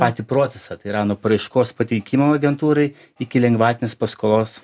patį procesą tai yra nuo paraiškos pateikimo agentūrai iki lengvatinės paskolos